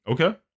Okay